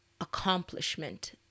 accomplishment